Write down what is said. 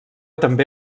també